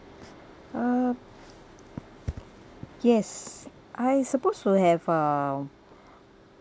uh yes I supposed to have uh